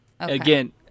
Again